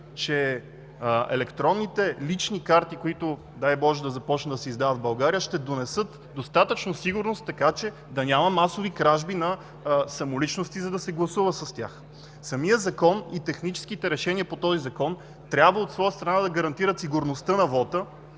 че електронните лични карти, които дай Боже, да започнат да се издават в България, ще донесат достатъчно сигурност, че да няма масови кражби на самоличности, за да се гласува с тях. Самият Закон и техническите решения по този Закон трябва от своя страна да гарантират сигурността на вота,